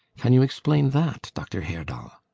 can you explain that, dr. herdal?